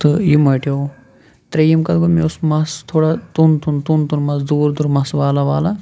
تہٕ یِہ موٚٹیو ترٛیٚیِم کَتھ گوٚو مےٚ اوس مَس تھوڑا توٚن توٚن توٚن توٚن مَس دوٗر دوٗر مَس والا والا